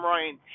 Ryan